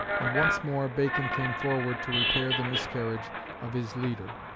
and once more bacon came forward to repair the miscarriage of his leader.